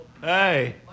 Hey